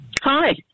Hi